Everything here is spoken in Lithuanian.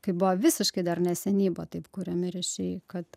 kai buvo visiškai dar neseniai buvo taip kuriami ryšiai kad